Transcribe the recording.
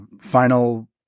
final